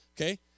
Okay